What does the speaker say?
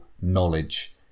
knowledge